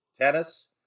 Tennis